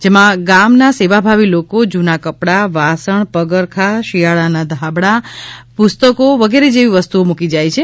જેમાં ગામના સેવાભાવી લોકો જૂના કપડા વાસણ પગરખાં શિયાળાના ધાબળા જેવી વસ્તુઓ મુકી જાય છે